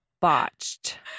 Botched